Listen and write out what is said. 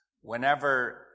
whenever